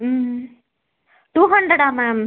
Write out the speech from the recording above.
ம் ம் டூ ஹண்ட்ரடா மேம்